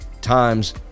times